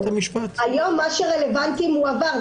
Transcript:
היום מה שרלוונטי, מועבר.